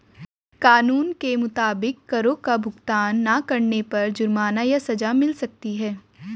कानून के मुताबिक, करो का भुगतान ना करने पर जुर्माना या सज़ा मिल सकती है